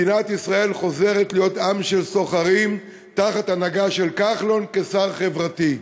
מדינת ישראל חוזרת להיות עם של סוחרים תחת הנהגה של כחלון כשר חברתי.